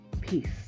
peace